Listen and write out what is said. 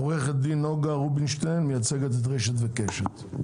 עורכת דין נגה רובינשטיין, מייצגת את רשת וקשת.